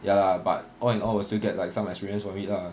ya lah but all in all will still get like some experience from it lah